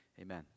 amen